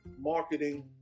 marketing